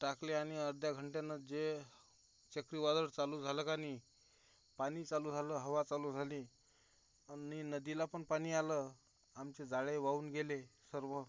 टाकले आणि अर्ध्या घंट्यानं जे चक्रीवादळ चालू झालं का नाही पाणी चालू झालं हवा चालू झाली आणि नदीला पण पाणी आलं आमचे जाळे वाहून गेले सर्व